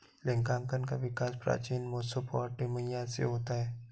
लेखांकन का विकास प्राचीन मेसोपोटामिया से होता है